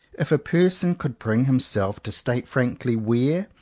if a person could bring himself to state frankly where,